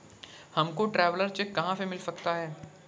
हमको traveller cheque कहाँ से मिल सकता है?